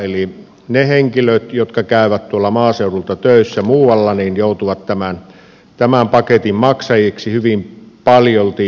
eli ne henkilöt jotka käyvät tuolta maaseudulta töissä muualla joutuvat tämän paketin maksajiksi hyvin paljolti